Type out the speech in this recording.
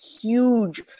huge